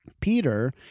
Peter